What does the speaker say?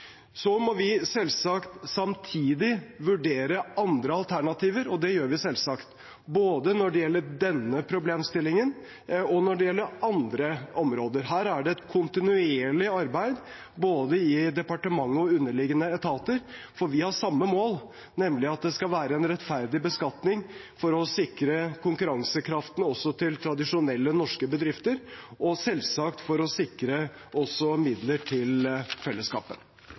må vi selvsagt vurdere andre alternativer. Og det gjør vi – både når det gjelder denne problemstillingen, og når det gjelder andre områder. Her er det et kontinuerlig arbeid både i departementet og i underliggende etater, for vi har samme mål – nemlig at det skal være en rettferdig beskatning for å sikre konkurransekraften til tradisjonelle norske bedrifter og selvsagt også for å sikre midler til fellesskapet.